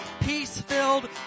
peace-filled